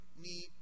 need